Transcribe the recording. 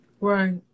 Right